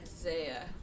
Isaiah